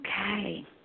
Okay